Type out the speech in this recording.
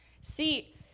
See